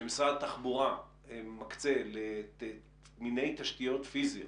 שמשרד התחבורה מקצה למיני תשתיות פיזיות